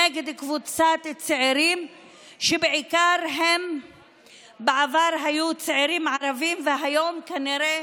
נגד קבוצת צעירים שבעבר היו בעיקר צעירים ערבים והיום כנראה